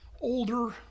older